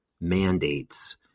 mandates